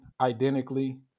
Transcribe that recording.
identically